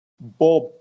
Bob